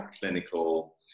clinical